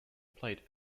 placed